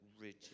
rigid